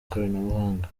ikoranabuhanga